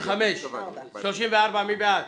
מי בעד